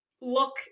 look